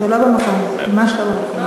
זה לא במקום, ממש לא במקום.